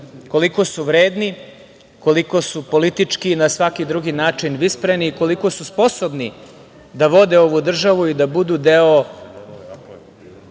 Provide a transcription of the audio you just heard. koliko su vredni, koliko su politički na svaki drugi način vispreni i koliko su sposobni da vode ovu državu i da budu deo